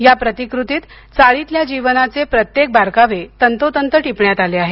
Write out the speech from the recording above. या प्रतिकृतीत चाळीतल्या जीवनाचे प्रत्येक बारकावे तंतोतंत टिपण्यात आले आहेत